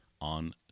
on